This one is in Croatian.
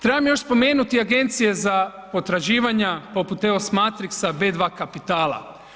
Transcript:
Trebam još spomenuti Agencije za potraživanja poput evo Smatrixa B2 kapitala.